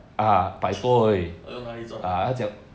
很多 money 赚啊